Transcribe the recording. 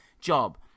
job